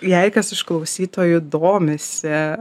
jei kas iš klausytojų domisi